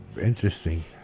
Interesting